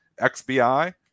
XBI